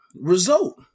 result